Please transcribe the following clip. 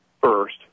first